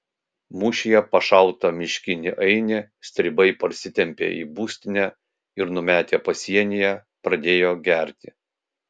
mūšyje pašautą miškinį ainį stribai parsitempė į būstinę ir numetę pasienyje pradėjo gerti